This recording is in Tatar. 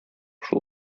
шул